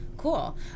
Cool